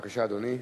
בבקשה, אדוני.